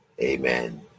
Amen